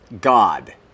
God